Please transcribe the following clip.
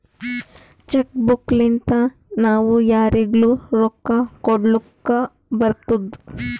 check book ಲಿಂತಾ ನಾವೂ ಯಾರಿಗ್ನು ರೊಕ್ಕಾ ಕೊಡ್ಲಾಕ್ ಬರ್ತುದ್